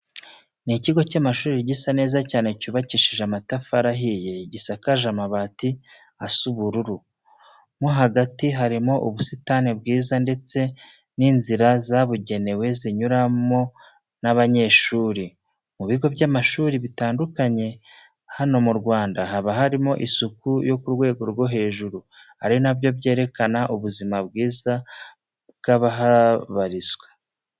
Ni ikigo cy'amashuri gisa neza cyane cyubakishije amatafari ahiye, gisakaje amabati asa ubururu. Mo hagati harimo ubusitani bwiza ndetse n'inzira zabugenewe zinyurwamo n'abanyeshuri. Mu bigo by'amashuri bitandulanye hano mu Rwanda haba harimo isuku yo ku rwego rwo hejuru, ari na byo byerekana ubuzima bwiza bw'abahabarizwa.